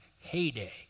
heyday